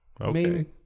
okay